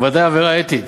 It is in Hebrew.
וודאי עבירה אתית.